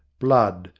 blood,